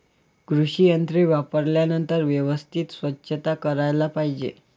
कृषी यंत्रे वापरल्यानंतर व्यवस्थित स्वच्छ करायला पाहिजे